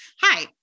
hi